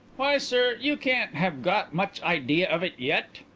why, sir, you can't have got much idea of it yet.